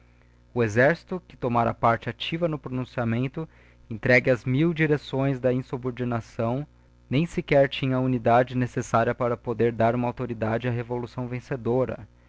o exercito que tomara parte activa no prcnunciamento entregue ás mil direcções da insubordinação nem sequer tinha a unidade necessária para poder dar uma autoridade á revolução vencedora